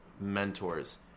mentors